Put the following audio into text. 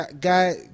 guy